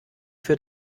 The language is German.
für